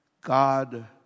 God